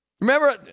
Remember